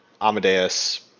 Amadeus